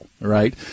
right